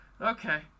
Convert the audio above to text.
Okay